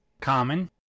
Common